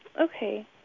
Okay